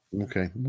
Okay